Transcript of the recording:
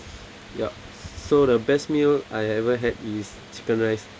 yup so the best meal I ever had is chicken rice